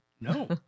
no